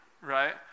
right